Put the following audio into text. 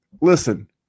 listen